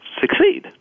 succeed